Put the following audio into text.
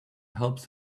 helps